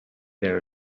there